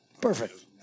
Perfect